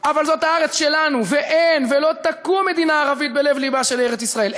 אבל זו הארץ שלנו ואין ולא תקום מדינה ערבית בלב-לבה של ארץ-ישראל.